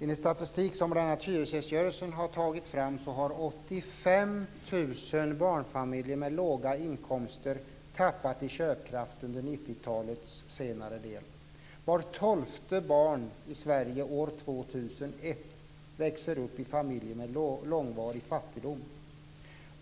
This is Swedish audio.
Enligt statistik som bl.a. hyresgäströrelsen har tagit fram har 85 000 barnfamiljer med låga inkomster tappat i köpkraft under 90-talets senare del. Var tolfte barn i Sverige år 2001 växer upp i familjer med långvarig fattigdom.